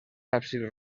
absis